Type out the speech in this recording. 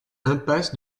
impasse